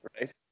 right